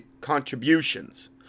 contributions